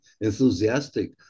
enthusiastic